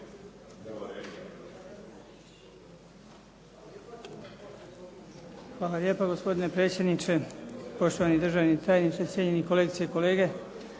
Hvala lijepa. Gospodine predsjedniče, poštovani državni tajniče, cijenjeni kolegice i kolege.